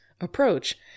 approach